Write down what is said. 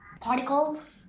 Particles